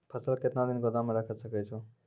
फसल केतना दिन गोदाम मे राखै सकै छौ?